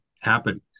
happen